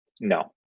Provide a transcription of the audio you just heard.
No